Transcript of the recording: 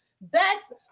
best